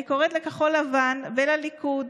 אני קוראת לכחול לבן ולליכוד